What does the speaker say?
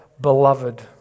beloved